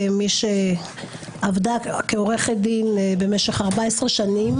כמי שעבדה כעורכת דין במשך 14 שנים,